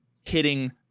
hitting